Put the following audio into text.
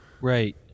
Right